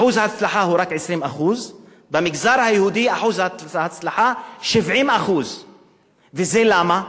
אחוז ההצלחה הוא רק 20%. במגזר היהודי אחוז ההצלחה 70%. וזה למה?